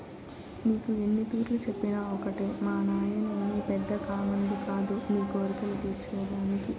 నీకు ఎన్నితూర్లు చెప్పినా ఒకటే మానాయనేమి పెద్ద కామందు కాదు నీ కోర్కెలు తీర్చే దానికి